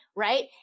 right